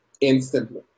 Instantly